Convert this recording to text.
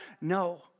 No